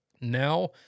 now